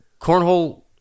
cornhole